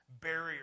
barrier